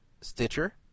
Stitcher